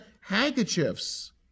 handkerchiefs